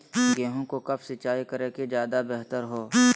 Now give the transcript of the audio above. गेंहू को कब सिंचाई करे कि ज्यादा व्यहतर हो?